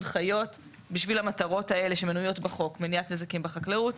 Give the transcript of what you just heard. חיות בשביל המטרות האלה שמנויות בחוק: מניעת נזקים בחקלאות,